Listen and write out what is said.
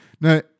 Now